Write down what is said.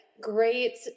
great